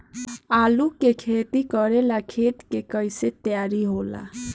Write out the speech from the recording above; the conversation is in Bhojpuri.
आलू के खेती करेला खेत के कैसे तैयारी होला?